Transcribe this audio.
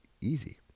easy